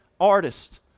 artist